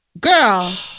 Girl